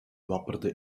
wapperde